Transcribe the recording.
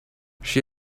she